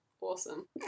Awesome